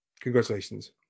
congratulations